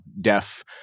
deaf